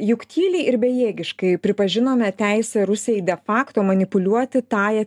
juk tyliai ir bejėgiškai pripažinome teisę rusijai de facto manipuliuoti tąja